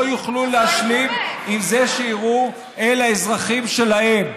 יוכלו להשלים עם זה שיירו על האזרחים שלהם.